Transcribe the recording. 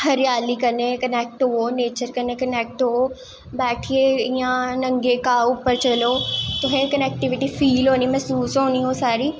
हरियाली कन्नैं कनैक्ट होवो नेचर कन्नैं कनैेक्ट होवो बैठियै इयां नंगा घा पर चलो तुसें कनैक्टिविटी फील होनी सारी